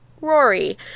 Rory